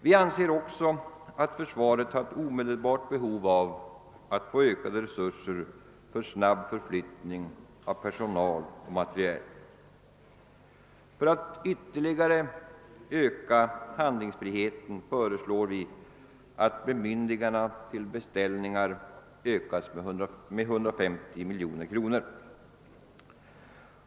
Vi anser också att försvaret har ett omedelbart behov av att få ökade resurser för snabb förflyttning av personal och materiel. För att ytterligare öka handlingsfriheten föreslår vi att bemyn digandena till beställningar ökas med 150 miljoner kronor.